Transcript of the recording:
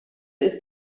ist